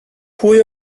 pwy